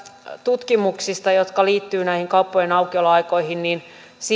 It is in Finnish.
tutkimuksista jotka liittyvät näihin kauppojen aukioloaikoihin